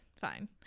Fine